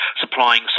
supplying